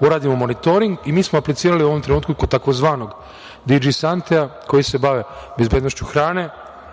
uradimo monitoring i mi smo aplicirali u ovom trenutku tzv. „DG Sante“ koji se bave bezbednošću hrane